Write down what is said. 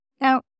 now